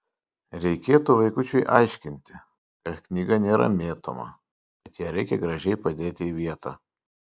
reikėtų vaikučiui aiškinti kad knyga nėra mėtoma kad ją reikia gražiai padėti į vietą